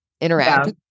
interact